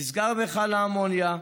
נסגר מכל האמוניה,